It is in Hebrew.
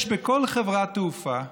יש בכל חברת תעופה,